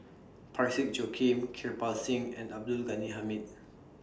Parsick Joaquim Kirpal Singh and Abdul Ghani Hamid